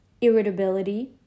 irritability